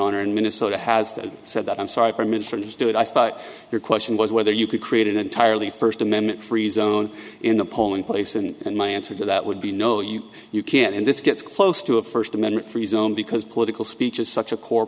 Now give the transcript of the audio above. honor in minnesota has said that i'm sorry for misunderstood i thought your question was whether you could create an entirely first amendment free zone in the polling place and my answer to that would be no you you can't and this gets close to a first amendment free zone because political speech is such a core